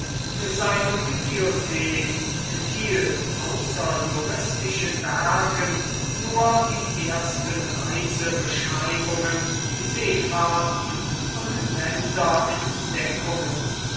seine bibliothek enthielt außer juristischen werken nur die ersten reisebeschreibungen seefahrten und